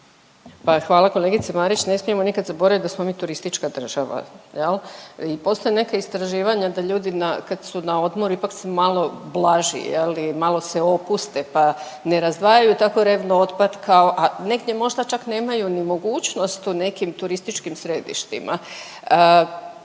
Pa hvala kolegice Marić. Ne smijemo nikad zaboravit da smo mi turistička država, jel. I postoje neka istraživanja da ljudi na, kad su na odmoru ipak su malo blaži je li, malo se opuste pa ne razdvajaju tako revno otpad kao, a negdje možda čak nemaju ni mogućnost u nekim turističkim središtima.